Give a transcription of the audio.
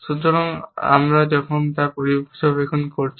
সুতরাং আমরা তখন যা পর্যবেক্ষণ করেছি